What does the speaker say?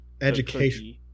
education